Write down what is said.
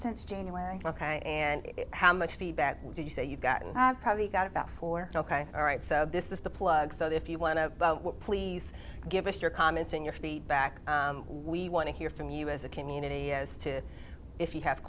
since january and how much feedback would you say you've gotten i've probably got about four ok all right so this is the plug so if you want to please give us your comments and your feedback we want to hear from you as a community as to if you have